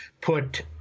put